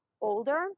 older